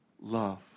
love